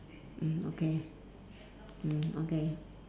mm okay